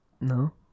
no